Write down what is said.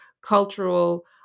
cultural